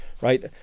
right